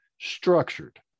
Structured